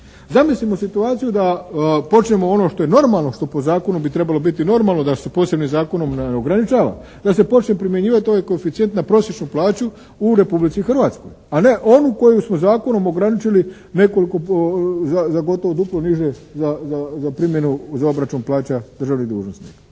Zamislimo situaciju da počnemo ono što je normalno, što po zakonu bi trebalo biti normalno da se posebnim zakonom ne ograničava, da se počne primjenjivati ovaj koeficijent na prosječnu plaću u Republici Hrvatskoj a ne ovu koju smo zakonom ograničili nekoliko, za duplo niže, za primjenu za obračun plaća državnih dužnosnika.